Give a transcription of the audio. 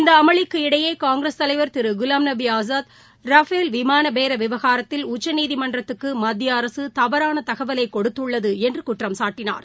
இந்த அமளிக்கு இடையே காங்கிரஸ் தலைவர் திரு குலாம் நபி ஆசாத் ரஃபேல் விமான பேர விவகாரத்தில் உச்சநீதிமன்றத்துக்கு மத்திய அரசு தவறான தகவலை கொடுத்துள்ளது என்று குற்றம் சாட்டினார்